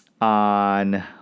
on